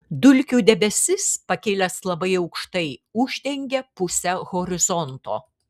dulkių debesis pakilęs labai aukštai uždengia pusę horizonto